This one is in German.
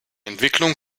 entwicklung